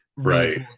Right